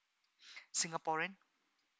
singaporean